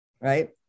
right